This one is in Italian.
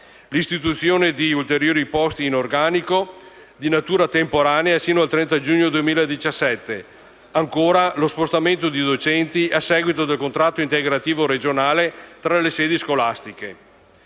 l'istituzione di ulteriori posti di organico, di natura temporanea, sino al 30 giugno 2017; lo spostamento di docenti, a seguito di contratto integrativo regionale, tra le sedi scolastiche.